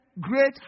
great